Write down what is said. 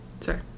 Sorry